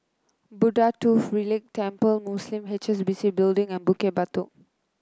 Buddha Tooth Relic Temple Museum H S B C Building and Bukit Batok